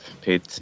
paid